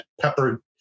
pepper